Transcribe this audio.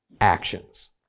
actions